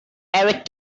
eric